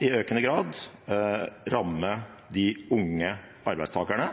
i økende grad kan ramme de unge arbeidstakerne,